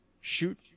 shoot